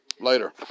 Later